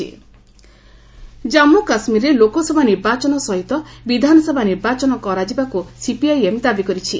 CPIM JK polls Jammu କାଶ୍ମୀରରେ ଲୋକସଭା ନିର୍ବାଚନ ସହିତ ବିଧାନସଭା ନିର୍ବାଚନ କରାଯିବାକୁ ସିପିଆଇଏମ୍ ଦାବି କରିଛି